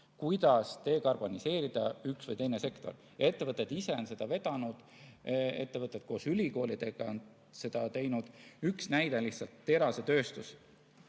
kuidas dekarboniseerida üks või teine sektor. Ettevõtted ise on seda vedanud, ettevõtted koos ülikoolidega on seda teinud. Üks näide terasetööstuse